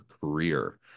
career